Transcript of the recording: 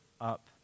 up